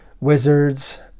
Wizards